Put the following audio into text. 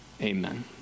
Amen